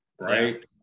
right